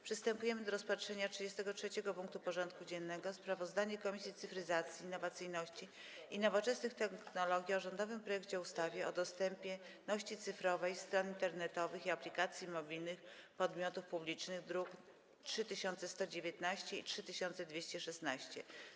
Przystępujemy do rozpatrzenia punktu 33. porządku dziennego: Sprawozdanie Komisji Cyfryzacji, Innowacyjności i Nowoczesnych Technologii o rządowym projekcie ustawy o dostępności cyfrowej stron internetowych i aplikacji mobilnych podmiotów publicznych (druki nr 3119 i 3216)